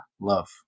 love